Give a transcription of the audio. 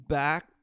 back